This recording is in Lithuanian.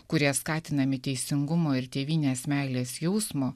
kurie skatinami teisingumo ir tėvynės meilės jausmo